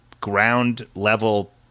ground-level